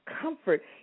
comfort